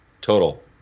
total